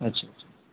اچھا اچھا